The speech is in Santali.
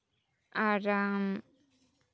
ᱟᱨ ᱟᱢ